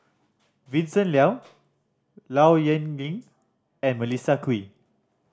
Vincent Leow Low Yen Ling and Melissa Kwee